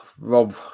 Rob